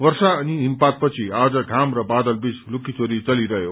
वर्षा अनि हिमपातपछि आज घाम र बादलबीच लुकीचोरी चलिरहयो